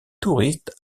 touristes